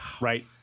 Right